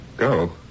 Go